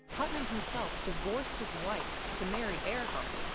putnam himself divorced his wife to marry earhart,